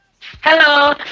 Hello